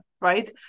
Right